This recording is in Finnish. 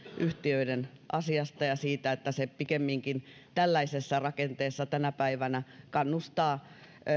yhtiöiden asiasta ja siitä että se pikemminkin tällaisessa rakenteessa tänä päivänä kannustaa